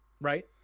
right